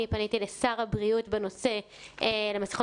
אני פניתי לשר הבריאות בנושא מסכות